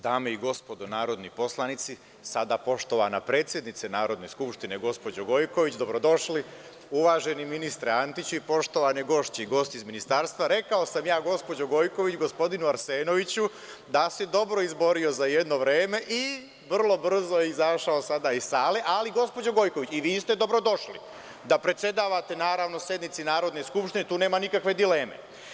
Dame i gospodo narodni poslanici, sada poštovana predsednice Narodne skupštine, gospođo Gojković, dobrodošli, uvaženi ministre Antiću i poštovane gošće i gosti iz Ministarstva, rekao sam ja, gospođo Gojković, gospodinu Arsenoviću da se dobro izborio za jedno vreme i vrlo brzo je izašao sada iz sale, ali, gospođo Gojković, i vi ste dobrodošli da predsedavate sednicama Narodne skupštine, tu nema nikakve dileme.